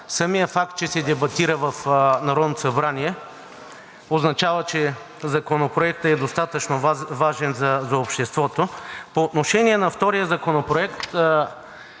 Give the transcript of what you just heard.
Самият факт, че се дебатира в Народното събрание означава, че Законопроектът е достатъчно важен за обществото. По отношение на втория законопроект